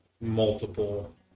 multiple